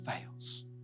fails